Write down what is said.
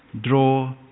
draw